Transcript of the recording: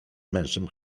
mężem